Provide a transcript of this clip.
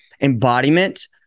embodiment